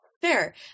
Fair